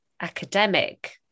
academic